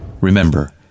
Remember